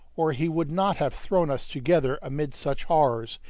or he would not have thrown us together amid such horrors,